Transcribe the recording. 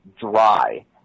dry